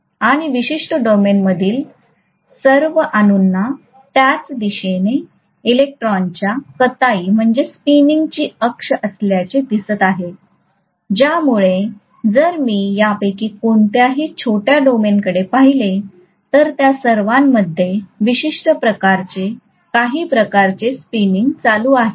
आणि विशिष्ट डोमेनमधील सर्व अणूंना त्याच दिशेने इलेक्ट्रॉनच्या कताई ची अक्ष असल्याचे दिसते आहे ज्यामुळे जर मी यापैकी कोणत्याही छोट्या डोमेनकडे पाहिले तर त्या सर्वांमध्ये विशिष्ट प्रकारचे काही प्रकारचे स्पिनिंग चालू आहे